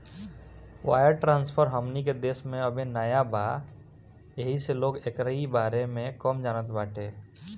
wire transfer हमनी के देश में अबे नया बा येही से लोग एकरी बारे में कम जानत बाटे